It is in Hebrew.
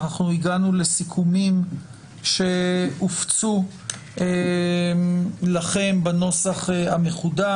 אנחנו הגענו לסיכומים שהופצו לכם בנוסח המחודש.